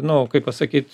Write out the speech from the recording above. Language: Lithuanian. nu kaip pasakyt